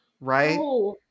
right